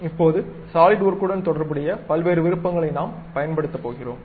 இப்போது சாலிட்வொர்க்குடன் தொடர்புடைய பல்வேறு விருப்பங்களை நாம் பயன்படுத்தப் போகிறோம்